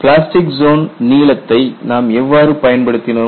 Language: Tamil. பிளாஸ்டிக் ஜோன் நீளத்தை நாம் எவ்வாறு பயன்படுத்தினோம்